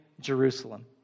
Jerusalem